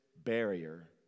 barrier